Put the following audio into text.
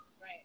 Right